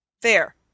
There